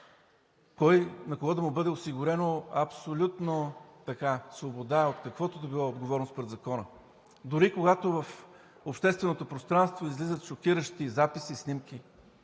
на кого да бъде осигурена абсолютна свобода от каквато и да било отговорност пред закона, дори когато в общественото пространство излизат шокиращи записи, снимки,